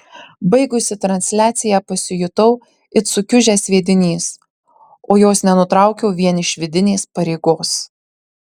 baigusi transliaciją pasijutau it sukiužęs sviedinys o jos nenutraukiau vien iš vidinės pareigos